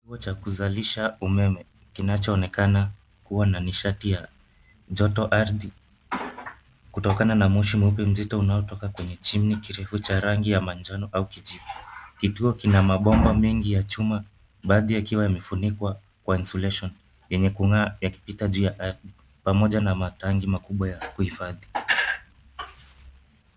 Kituo cha kuzalisha umeme kinachonekana kuwa na nisharti ya joto ardhi kutokana na moshi mweupe mzito unaotoka kwenye chimney kirefu cha rangi ya manjano au kijivu. Kituo kina mabomba mengi ya chuma baadhi yakiwa yamefunikwa kwa insulation yenye kung'aa yakipita juu ya ardhi pamoja na matenki makubwa ya kuhifadhi.